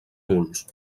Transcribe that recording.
nuls